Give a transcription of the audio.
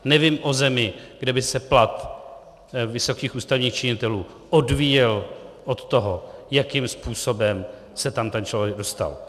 Nevím o zemi, kde by se plat vysokých ústavních činitelů odvíjel od toho, jakým způsobem se tam ten člověk dostal.